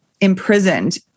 imprisoned